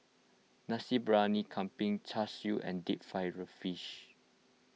Nasi Briyani Kambing Char Siu and Deep Fried Fish